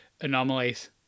anomalies